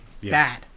bad